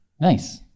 nice